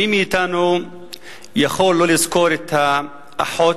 מי מאתנו יכול לא לזכור את האחות,